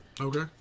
Okay